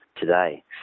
today